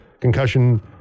concussion